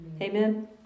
Amen